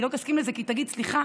היא לא תסכים לזה, כי היא תגיד: סליחה,